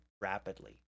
rapidly